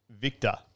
Victor